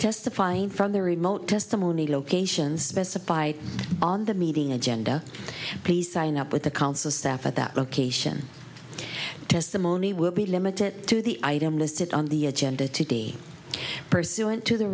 testifying from the remote testimony locations specified on the meeting agenda please sign up with the council staff at that location testimony will be limited to the item listed on the agenda today pursuant to the